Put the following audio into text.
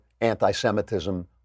anti-Semitism